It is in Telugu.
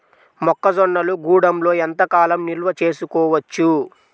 మొక్క జొన్నలు గూడంలో ఎంత కాలం నిల్వ చేసుకోవచ్చు?